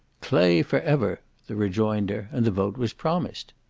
clay for ever! the rejoinder and the vote was promised.